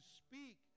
speak